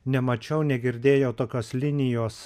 nemačiau negirdėjau tokios linijos